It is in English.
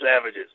savages